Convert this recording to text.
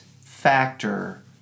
factor